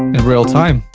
in real time.